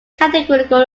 categorical